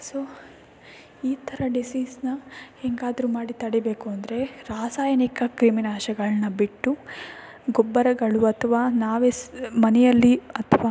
so ಈ ಥರ ಡಿಸೀಸನ್ನ ಹೇಗಾದ್ರು ಮಾಡಿ ತಡೀಬೇಕು ಅಂದರೆ ರಾಸಾಯನಿಕ ಕ್ರಿಮಿನಾಶಗಳನ್ನ ಬಿಟ್ಟು ಗೊಬ್ಬರಗಳು ಅಥವಾ ನಾವೇ ಸ್ ಮನೆಯಲ್ಲಿ ಅಥವಾ